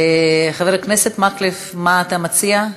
חבר הכנסת מקלב, מה אתה מציע?